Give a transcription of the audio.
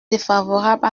défavorable